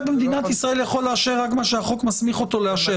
במדינת ישראל יכול לאשר רק מה שהחוק מסמיך אותו לאשר.